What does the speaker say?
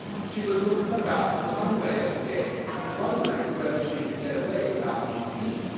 she was looking about for some way of escape, and wondering whether she could get away without being seen,